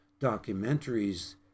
documentaries